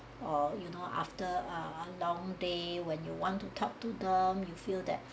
or you know after a long day when you want to talk to them you feel that